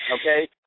okay